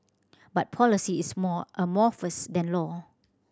but policy is more amorphous than law